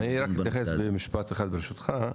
אני רק אתייחס במשפט אחד ברשותך,